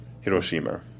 Hiroshima